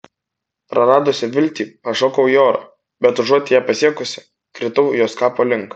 praradusi viltį pašokau į orą bet užuot ją pasiekusi kritau jos kapo link